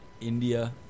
india